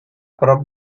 prop